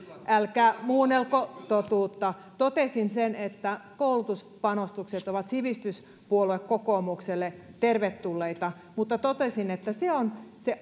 älkää muunnelko totuutta totesin sen että koulutuspanostukset ovat sivistyspuolue kokoomukselle tervetulleita mutta totesin että se on se